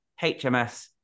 HMS